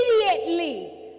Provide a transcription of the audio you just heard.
Immediately